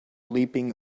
leaping